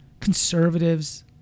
conservatives